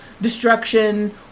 destruction